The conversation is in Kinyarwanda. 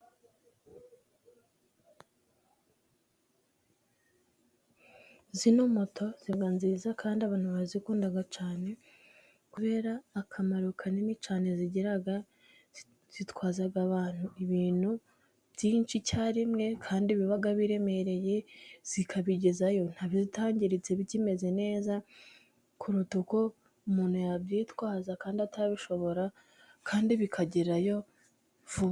Zino moto ziba nziza kandi abantu bazikunda cyane kubera akamaro kanini cyane zigira, zitwaza abantu, ibintu byinshi icyarimwe kandi biba biremereye, zikabigezayo ntatangiritse bikimeze neza, kuruta uko umuntu yabyitwaza kandi atabishobora kandi bikagerayo vuba.